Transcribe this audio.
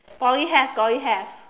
Poly have Poly have